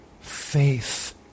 faith